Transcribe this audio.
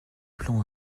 plan